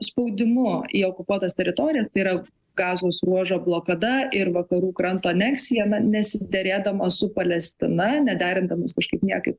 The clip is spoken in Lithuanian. spaudimu į okupuotas teritorijas tai yra gazos ruožo blokada ir vakarų kranto aneksija na nesiderėdama su palestina nederindamos kažkaip niekaip